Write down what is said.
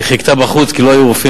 היא חיכתה בחוץ כי לא היו רופאים.